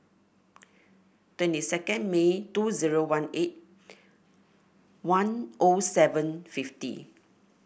twenty second May two zero one eight one O seven fifty